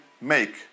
make